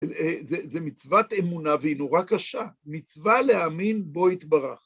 זה מצוות אמונה והיא נורא קשה, מצווה להאמין בו התברך.